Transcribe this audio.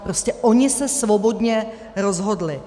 Prostě oni se svobodně rozhodli.